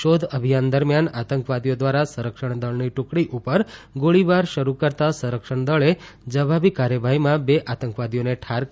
શોધ અભિયાન દરમિયાન આતંકવાદીઓ દ્વારા સંરક્ષણ દળની ટ્રકડી ઉપર ગોળીબાર શરૂ કરતાં સંરક્ષણ દળે જવાબી કાર્યવાહીમાં બે આતંકવાદીઓને ઠાર કર્યા હતા